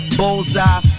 bullseye